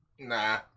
Nah